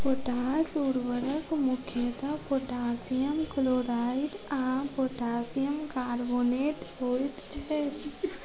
potash उर्वरक मुख्यतः potassium chloride आ पोटासियम कार्बोनेट होइत छै